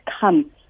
come